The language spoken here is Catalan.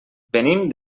venim